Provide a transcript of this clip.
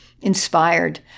inspired